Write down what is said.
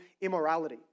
immorality